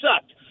sucked